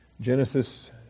Genesis